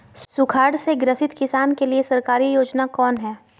सुखाड़ से ग्रसित किसान के लिए सरकारी योजना कौन हय?